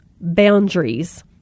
boundaries